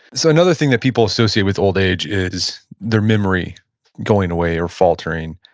so another thing that people associate with old age, is their memory going away or faltering.